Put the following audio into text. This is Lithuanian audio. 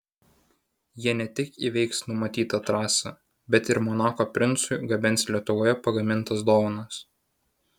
jie ne tik įveiks numatytą trasą bet ir monako princui gabens lietuvoje pagamintas dovanas